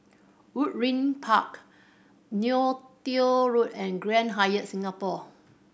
Woodleigh Park Neo Tiew Road and Grand Hyatt Singapore